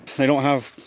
they don't have